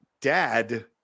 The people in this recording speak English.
Dad